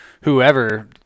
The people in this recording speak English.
whoever